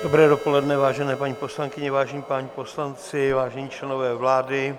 Dobré dopoledne, vážené paní poslankyně, vážení páni poslanci, vážení členové vlády.